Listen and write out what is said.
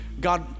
god